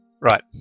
right